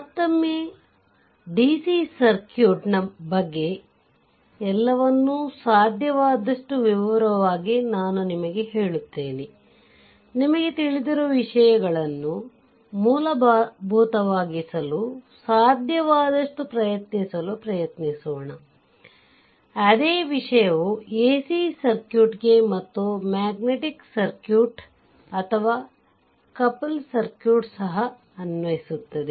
ಮತ್ತೊಮ್ಮೆ ಡಿಸಿ ಸರ್ಕ್ಯೂಟ್ನ ಬಗ್ಗೆ ಎಲ್ಲವನ್ನೂ ಸಾಧ್ಯವಾದಷ್ಟು ವಿವರವಾಗಿ ನಾನು ನಿಮಗೆ ಹೇಳುತ್ತೇನೆ ನಿಮಗೆ ತಿಳಿದಿರುವ ವಿಷಯಗಳನ್ನು ಮೂಲಭೂತವಾಗಿಸಲು ಸಾಧ್ಯವಾದಷ್ಟು ಪ್ರಯತ್ನಿಸಲು ಪ್ರಯತ್ನಿಸೋಣ ಅದೇ ವಿಷಯವು ಎಸಿ ಸರ್ಕ್ಯೂಟ್ಗೆ ಮತ್ತು ಮ್ಯಾಗ್ನೆಟಿಕ್ ಸರ್ಕ್ಯೂಟ್ ಅಥವಾ ಕಪಲ್ ಸರ್ಕ್ಯೂಟ್ಗೆ ಸಹ ಅನ್ವಯಿಸುತ್ತದೆ